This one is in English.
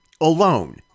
alone